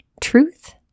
truth